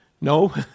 No